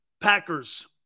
Packers